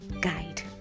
guide